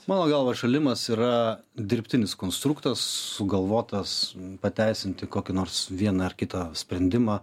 mano galva atšalimas yra dirbtinis konstruktas sugalvotas pateisinti kokį nors vieną ar kitą sprendimą